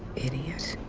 idiot.